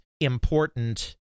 important